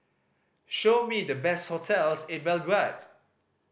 show me the best hotels in Belgrade